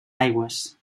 aigües